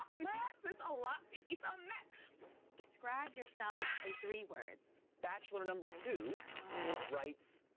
messes a lot. he's a me describe yourself in three words. bachelor number two writes,